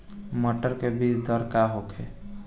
मटर के बीज दर का होखे?